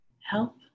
Help